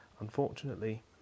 Unfortunately